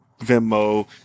Venmo